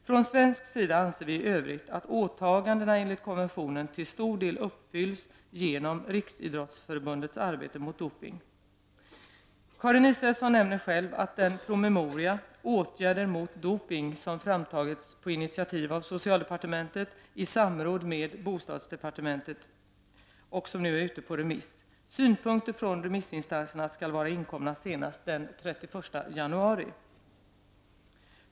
Från svensk sida anser vi i övrigt att åtagandena enligt konventionen till stor del uppfylls genom Riksidrottsförbundets arbete mot doping. Karin Israelsson nämner själv att den promemoria, Åtgärder mot doping, som framtagits på initiativ av socialdepartementet i samråd med bostadsdepartementet nu är ute på remiss. Synpunkter från remissinstanserna skall vara inkomna senast den 31 januari.